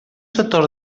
sectors